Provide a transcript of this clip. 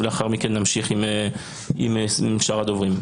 ולאחר מכן נמשיך עם שאר הדוברים.